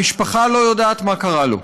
המשפחה לא יודעת מה קרה לו.